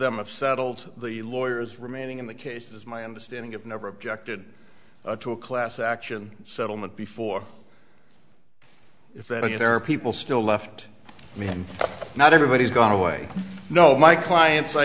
them have settled the lawyers remaining in the case is my understanding it never objected to a class action settlement before if that is there are people still left me and not everybody's gone away no my clients i